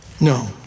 No